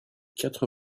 quatre